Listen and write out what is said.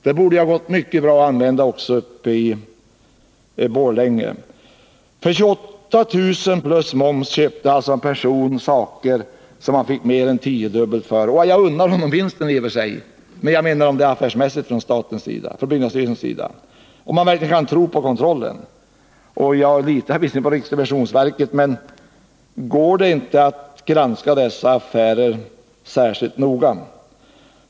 Det borde ha gått mycket bra att använda dem också i Borlänge. För 28 000 kr. plus moms köpte alltså en person saker som han fick mer än tio gånger så mycket för vid en senare försäljning. I och för sig unnar jag honom vinsten, men är det affärsmässigt från byggnadsstyrelsens sida? Kan man verkligen tro på kontrollen? Jag litar visserligen på riksrevisionsverket. Men går det inte att granska dessa affärer särskilt noga?